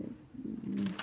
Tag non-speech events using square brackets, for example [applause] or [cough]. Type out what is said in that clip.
[unintelligible]